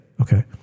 Okay